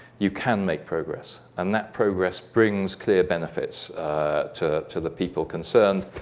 you can make progress, and that progress brings clear benefits to to the people concerned,